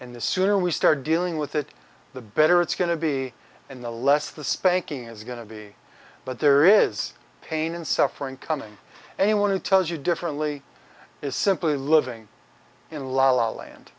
and the sooner we start dealing with it the better it's going to be and the less the spanking is going to be but there is pain and suffering coming and he wanted tells you differently is simply living in la la land